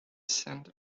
sand